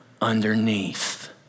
underneath